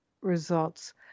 results